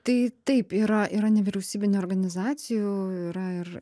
tai taip yra yra nevyriausybinių organizacijų yra ir